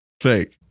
Fake